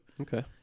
Okay